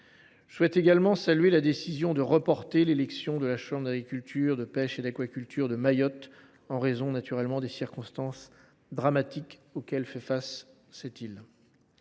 Je souhaite également saluer la décision de reporter l’élection de la chambre d’agriculture, de pêche et d’aquaculture de Mayotte, en raison des circonstances dramatiques auxquelles l’île fait face. Le vote de